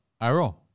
Arrow